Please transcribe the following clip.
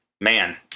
man